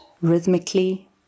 rhythmically